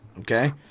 Okay